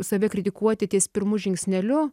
save kritikuoti ties pirmu žingsneliu